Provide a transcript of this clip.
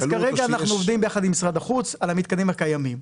כרגע אנחנו עובדים ביחד עם משרד החוץ על המתקנים הקיימים.